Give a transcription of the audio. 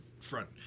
front